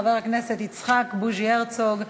חבר הכנסת יצחק בוז'י הרצוג,